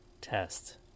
test